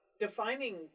defining